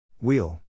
Wheel